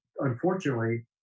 Unfortunately